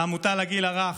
לעמותה לגיל הרך,